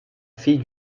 fille